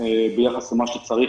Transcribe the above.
ביחס למה שצריך.